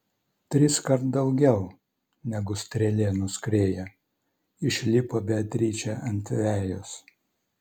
triskart daugiau negu strėlė nuskrieja išlipo beatričė ant vejos